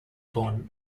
born